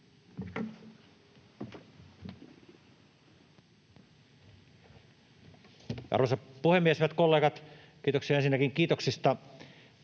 Arvoisa puhemies, hyvät kollegat! Kiitoksia ensinnäkin kiitoksista,